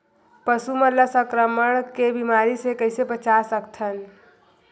पशु मन ला संक्रमण के बीमारी से कइसे बचा सकथन?